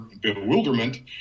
bewilderment